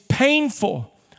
Painful